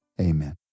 amen